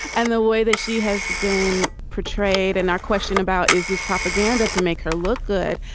and the way that she has been portrayed in our question about is this propaganda to make her look good.